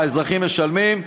האזרחים משלמים,